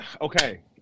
okay